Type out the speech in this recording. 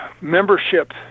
membership